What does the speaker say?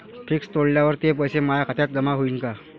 Fix तोडल्यावर ते पैसे माया खात्यात जमा होईनं का?